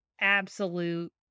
absolute